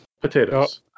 Potatoes